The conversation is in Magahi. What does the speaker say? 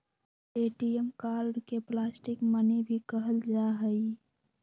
ए.टी.एम कार्ड के प्लास्टिक मनी भी कहल जाहई